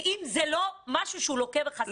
אם זה לא משהו לוקה בחסר,